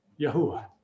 Yahuwah